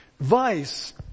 Vice